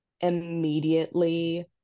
immediately